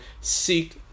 seek